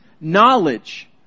knowledge